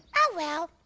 oh well,